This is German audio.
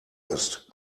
ist